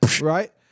right